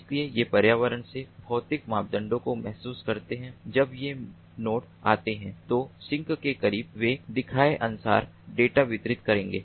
इसलिए वे पर्यावरण से भौतिक मापदंडों को महसूस करते हैं जब ये नोड आते हैं तो सिंक के करीब वे दिखाए अनुसार डेटा वितरित करेंगे